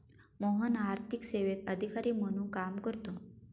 मोहन आर्थिक सेवेत अधिकारी म्हणून काम करतो